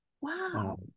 wow